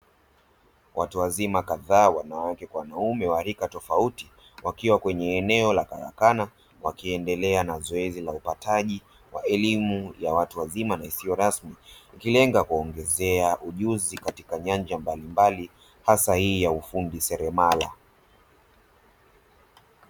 Watu wazima kadhaa wanawake kwa wanaume wa rika tofauti, wakiwa kwenye eneo la karakana wakiendelea na zoezi la upataji wa elimu ya watu wazima isiyo rasmi, ikilenga kuwaongezea ujuzi katika nyanja mbalimbali hasa hii ya ufundi selemala.